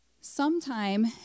Sometime